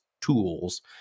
tools